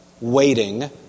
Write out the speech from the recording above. waiting